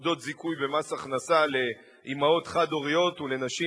נקודות זיכוי במס הכנסה לאמהות חד-הוריות ולנשים